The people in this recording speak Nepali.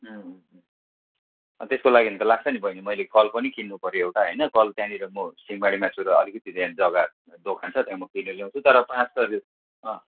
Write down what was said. उम् अँ त्यसको लागि नि त लाग्छ नि बहिनी मैले कल पनि किन्नु पर्यो एउटा होइन कल त्यहाँनिर म सिङमारीमा छु र अलिकति त्यहाँ जग्गा दोकान छ त्यहाँ म किनेर ल्याउँछु तर पाँच त अँ